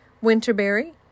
Winterberry